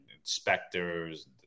inspectors